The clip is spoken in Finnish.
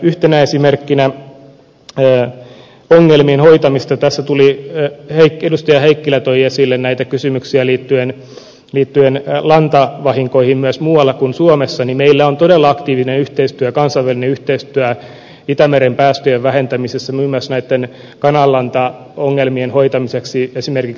yhtenä esimerkkinä ongelmien hoitamisesta tässä edustaja heikkilä toi esille näitä kysymyksiä liittyen lantavahinkoihin myös muualla kuin suomessa meillä on todella aktiivinen kansainvälinen yhteistyö itämeren päästöjen vähentämisessä muun muassa näitten kananlantaongelmien hoitamiseksi esimerkiksi pietarin alueella